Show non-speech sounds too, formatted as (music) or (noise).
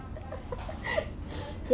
(laughs)